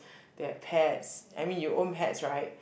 there are pets I mean you own pets right